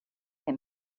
him